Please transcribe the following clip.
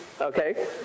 okay